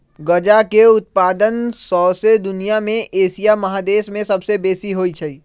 गजा के उत्पादन शौसे दुनिया में एशिया महादेश में सबसे बेशी होइ छइ